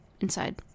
Inside